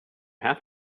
have